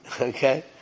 Okay